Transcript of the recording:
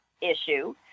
issue